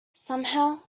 somehow